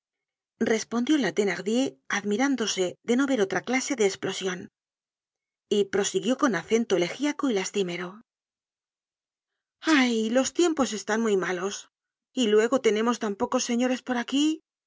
respondió la thenardier admirándose de no ver otra clase de esplosion y prosiguió con acento elegiaco y lastimero ay los tiempos están muy malos y luego tenemos tan pocos señores por aquí